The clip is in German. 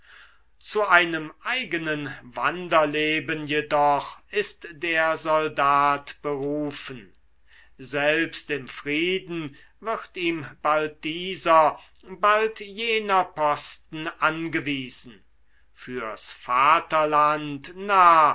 zu einem eigenen wanderleben jedoch ist der soldat berufen selbst im frieden wird ihm bald dieser bald jener posten angewiesen fürs vaterland nah